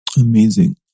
Amazing